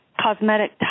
cosmetic